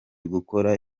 gukora